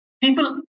People